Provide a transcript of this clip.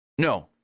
No